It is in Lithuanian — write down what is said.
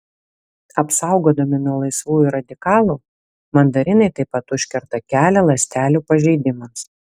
apsaugodami nuo laisvųjų radikalų mandarinai taip pat užkerta kelią ląstelių pažeidimams